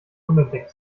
unentdeckt